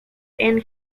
and